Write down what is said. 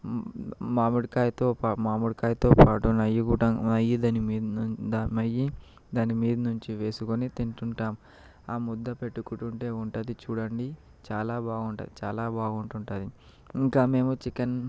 మామిడికాయతో పా మామిడికాయతో పాటు నెయ్యి కూడా నెయ్యి కూడంగా నెయ్యి దానిమీద నుంచి వేసుకొని తింటుంటాం ఆ ముద్ద పెట్టుకుంటే ఉంటుంది చూడండి చాలా బాగుంటుంది చాలా బాగుంటుంది ఇంకా మేము చికెన్